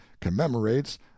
commemorates